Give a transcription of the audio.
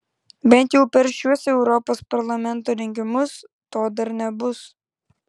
bent jau per šiuos europos parlamento rinkimus to dar nebus